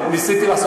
ניסיתי לעשות